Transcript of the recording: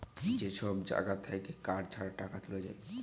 যে সব জাগা থাক্যে কার্ড ছাড়া টাকা তুলা যায়